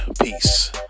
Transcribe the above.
Peace